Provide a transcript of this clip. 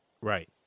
Right